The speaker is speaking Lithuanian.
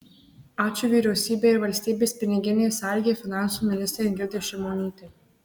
ačiū vyriausybei ir valstybės piniginės sargei finansų ministrei ingridai šimonytei